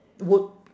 would